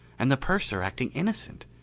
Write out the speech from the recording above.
and the purser acting innocent?